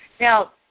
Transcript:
Now